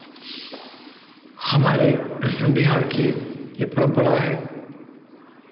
हमारे बिहार की ये परंपरा है